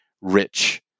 rich